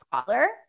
scholar